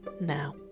now